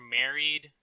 married